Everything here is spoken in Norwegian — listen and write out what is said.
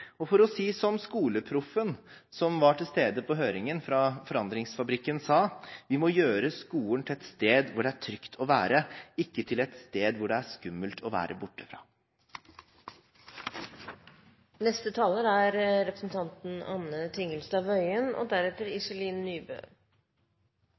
være. For å si som SkoleProffene, som var til stede på høringen, fra Forandringsfabrikken sa: Vi må gjøre skolen til et sted hvor det er trygt å være, ikke til et sted det er skummelt å være borte fra. Fraværsgrense har vært et hett tema denne våren. SV har fortjenestefullt tatt saken til Stortinget, og